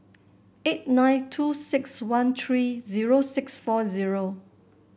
eight nine two six one three zero six four zero